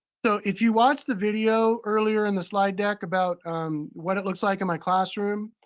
so if you watched the video earlier in the slide deck about what it looks like in my classroom,